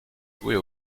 jouer